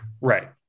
Right